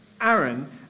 Aaron